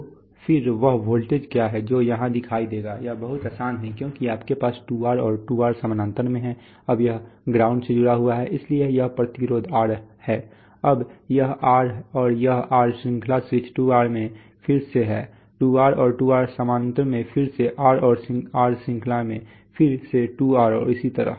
तो फिर वह वोल्टेज क्या है जो यहाँ दिखाई देगा यह बहुत आसान है क्योंकि आपके पास 2R और 2R समानांतर में हैं अब यह ग्राउंड से जुड़ा हुआ है इसलिए यह प्रतिरोध R है अब यह R और यह R श्रृंखला स्विच 2R में फिर से है 2R और 2R समानांतर में फिर से R और R श्रृंखला में फिर से 2R और इसी तरह